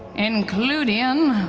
includion